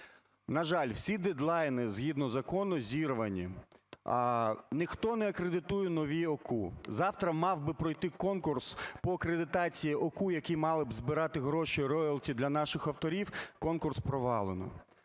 На жаль, всі дедлайни, згідно закону, зірвані, а ніхто не акредитує нові ОКУ. Завтра мав би пройти конкурс по акредитації ОКУ, який мали б збирати гроші роялті для наших авторів. Конкурс провалено.